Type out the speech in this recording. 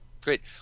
Great